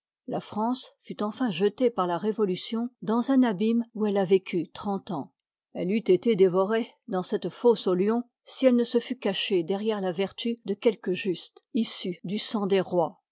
la france fut enfin jetée par la révolution dans un abîme où elle a vécu trente ans elle eût été dévorée dans cette fosse aux lions si elle ne se fût cachée derrière la vertu de quelques justes i faut issus du sang des rois